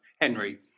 Henry